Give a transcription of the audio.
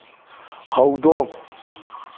ꯍꯧꯗꯣꯡ